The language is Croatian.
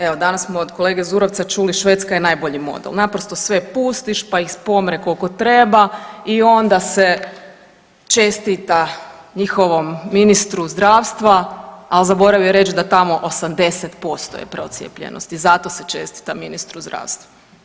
Evo danas smo od kolege Zurovca čuli Švedska je najbolji model, naprosto sve pustiš pa ih pomre koliko treba i onda se čestita njihovom ministru zdravstva, a zaboravio je reći da tamo 80% je procijepljenosti zato se čestita ministru zdravstva.